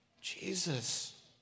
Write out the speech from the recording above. Jesus